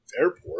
airport